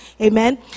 amen